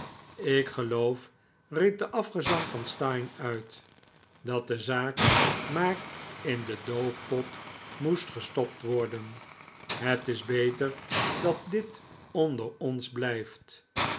ik geloof riep de afgezant van steyne uit dat de zaak maar in den doofpot moest gestopt worden het is beter dat dit onder ons blijft